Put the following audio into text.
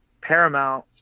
Paramount